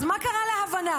אז מה קרה להבנה?